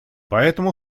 поэтому